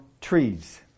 trees